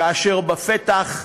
כאשר בפתח,